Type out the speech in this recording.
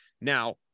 now